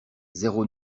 zéro